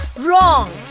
wrong